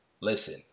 Listen